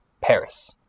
Paris